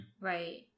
right